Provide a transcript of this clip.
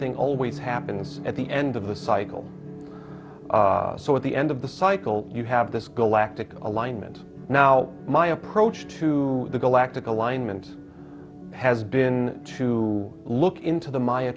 thing always happens at the end of the cycle so at the end of the cycle you have this go lactic alignment now my approach to the galactic alignment has been to look into the maya